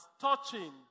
touching